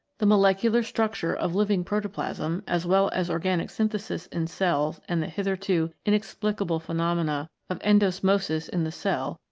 the molecular structure of living protoplasm, as well as organic synthesis in cells and the hitherto inexplicable phenomena of endosmosis in the cell,